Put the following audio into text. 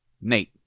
Nate